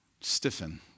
stiffen